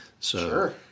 Sure